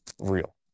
real